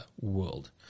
world